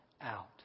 out